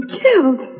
killed